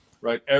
right